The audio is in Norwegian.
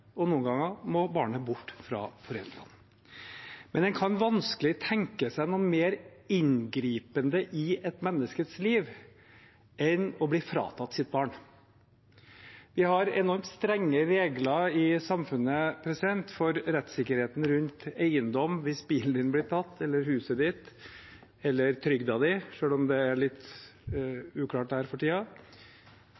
og noen ganger må barnet bort fra foreldrene. Men en kan vanskelig tenke seg noe mer inngripende i et menneskes liv enn å bli fratatt sitt barn. Vi har enormt strenge regler i samfunnet for rettssikkerheten rundt eiendom hvis bilen din blir tatt, eller huset ditt, eller trygden din, selv om det er litt